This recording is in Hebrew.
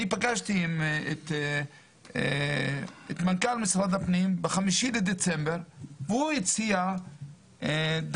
אני פגשתי את מנכ"ל משרד הפנים ב-5 בדצמבר והוא הציע דבר,